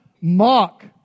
mock